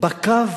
בקו